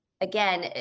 again